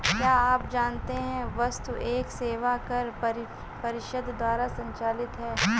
क्या आप जानते है वस्तु एवं सेवा कर परिषद द्वारा संचालित है?